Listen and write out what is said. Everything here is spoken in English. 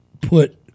put